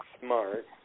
smart